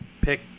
pick